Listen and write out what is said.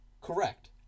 Correct